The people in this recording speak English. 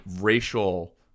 racial